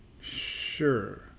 Sure